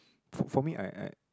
for for me I I